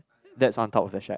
that's on top of the shack